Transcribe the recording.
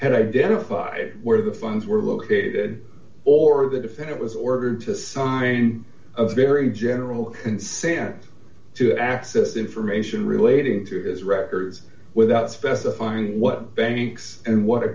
and identified where the funds were located or the defendant was ordered to sign a very general consent to access information relating to his records without specifying what banks and what